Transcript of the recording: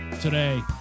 today